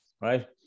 Right